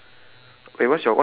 ya do we circle like